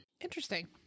Interesting